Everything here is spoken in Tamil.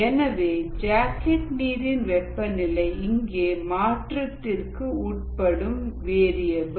எனவே ஜாக்கெட் நீரின் வெப்பநிலை இங்கே மாற்றத்திற்கு உட்படும் வேரியபல்